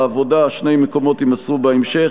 העבודה: שני מקומות, יימסרו בהמשך.